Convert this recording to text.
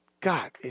God